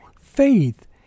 faith